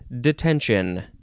detention